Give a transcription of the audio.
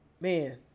man